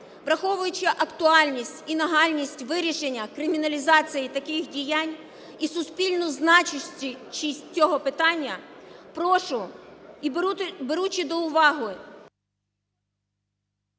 враховуючи актуальність і нагальність вирішення криміналізації таких діянь і суспільну значущість цього питання, прошу і, беручи до уваги…